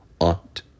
aunt